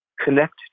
connect